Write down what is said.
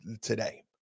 today